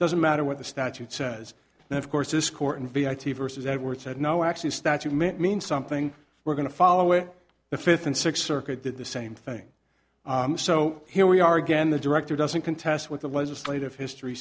doesn't matter what the statute says and of course this court and b i t vs edward said no actually statute meant mean something we're going to follow it the fifth and sixth circuit did the same thing so here we are again the director doesn't contest what the legislative history